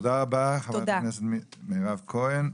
תודה רבה חברת הכנסת מירב כהן,